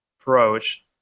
approach